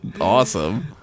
awesome